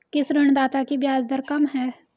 किस ऋणदाता की ब्याज दर कम है?